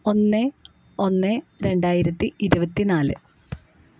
ഒന്ന് ഒന്ന് രണ്ടായിരത്തി ഇരുപത്തി നാല്